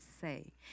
say